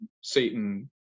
satan